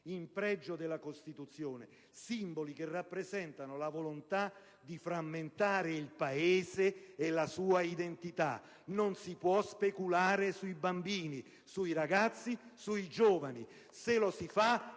in spregio della Costituzione: simboli che rappresentano la volontà di frammentare il Paese e la sua identità. Non si può speculare sui bambini, sui ragazzi, sui giovani. *(Applausi dei